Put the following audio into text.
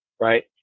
right